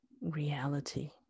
reality